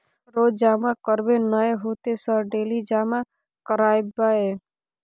रोज जमा करबे नए होते सर डेली जमा करैबै?